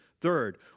Third